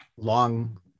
long